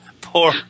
poor